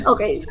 Okay